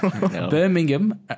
Birmingham